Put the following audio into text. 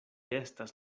estas